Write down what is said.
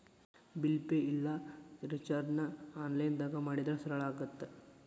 bill pay ಇಲ್ಲಾ ರಿಚಾರ್ಜ್ನ ಆನ್ಲೈನ್ದಾಗ ಮಾಡಿದ್ರ ಸರಳ ಆಗತ್ತ